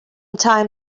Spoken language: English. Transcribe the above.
time